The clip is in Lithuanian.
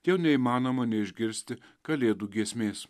jau neįmanoma neišgirsti kalėdų giesmės